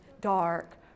dark